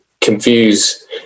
confuse